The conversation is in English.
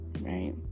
Right